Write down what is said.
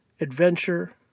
adventure